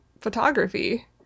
photography